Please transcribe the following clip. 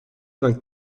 vingt